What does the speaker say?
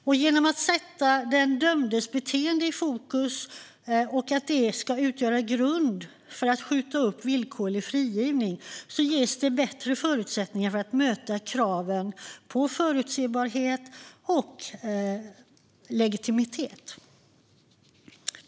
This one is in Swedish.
Genom att sätta den dömdes beteende i fokus och att detta ska utgöra grund för att skjuta upp villkorlig frigivning ges det bättre förutsättningar att möta kraven på förutsebarhet och legitimitet.